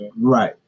Right